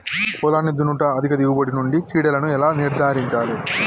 పొలాన్ని దున్నుట అధిక దిగుబడి నుండి చీడలను ఎలా నిర్ధారించాలి?